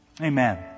amen